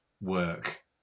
work